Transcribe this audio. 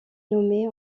nommée